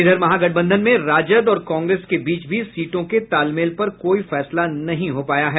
इधर महागठबंधन में राजद और कांग्रेस के बीच भी सीटों के तालमेल पर कोई फैसला नहीं हो पाया है